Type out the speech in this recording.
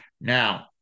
Now